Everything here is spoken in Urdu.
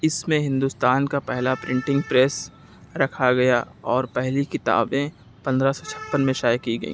اس میں ہندوستان کا پہلا پرنٹنگ پریس رکھا گیا اور پہلی کتابیں پندرہ سو چھپن میں شائع کی گئیں